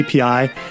API